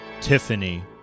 Tiffany